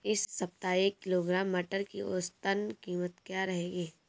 इस सप्ताह एक किलोग्राम मटर की औसतन कीमत क्या रहेगी?